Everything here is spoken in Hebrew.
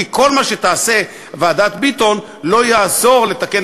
כי כל מה שתעשה ועדת ביטון לא יעזור כדי לתקן